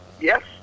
Yes